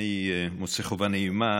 אני מוצא חובה נעימה